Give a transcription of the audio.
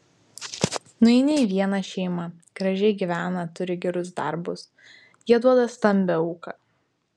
nueini į vieną šeimą gražiai gyvena turi gerus darbus jie duoda stambią auką